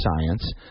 science